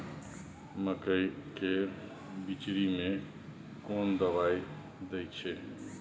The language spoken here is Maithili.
मकई के बिचरी में कोन दवाई दे छै?